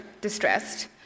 distressed